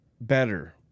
Better